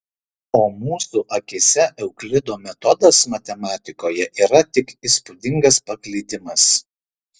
o mūsų akyse euklido metodas matematikoje yra tik įspūdingas paklydimas